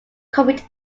copied